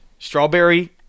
Strawberry